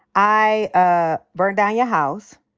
i ah burned down your house.